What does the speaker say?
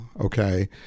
okay